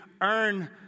earn